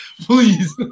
please